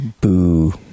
Boo